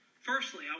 Firstly